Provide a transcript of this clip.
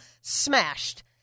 smashed